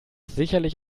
sicherlich